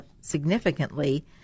significantly